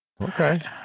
Okay